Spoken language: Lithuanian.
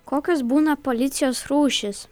kokios būna policijos rūšys